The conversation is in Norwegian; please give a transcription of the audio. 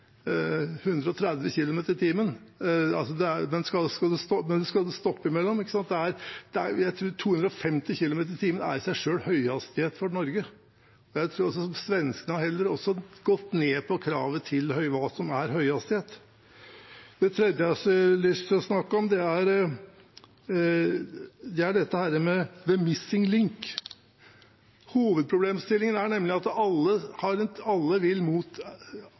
skal stoppe innimellom, ikke sant? Jeg tror 250 km/t i seg selv er høyhastighet for Norge. Svenskene har også gått ned på kravet til hva som er høyhastighet. Det tredje jeg har lyst til å snakke om, er dette med «the missing link». Hovedproblemstillingen er nemlig at både Norge og Sverige tenker sørover – vi skal sørover. Svenskene bygger Stockholm–Malmø, over Øresund og over Fehmarnbelt i Danmark ned mot